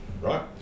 right